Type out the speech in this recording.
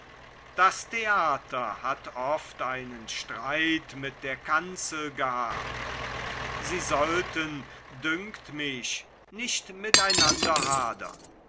das theater hat oft einen streit mit der kanzel gehabt sie sollten dünkt mich nicht miteinander hadern